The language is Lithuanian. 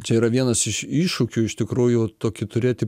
čia yra vienas iš iššūkių iš tikrųjų tokį turėti